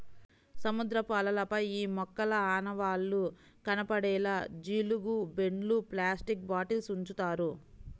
సముద్రపు అలలపై ఈ మొక్కల ఆనవాళ్లు కనపడేలా జీలుగు బెండ్లు, ప్లాస్టిక్ బాటిల్స్ ఉంచుతారు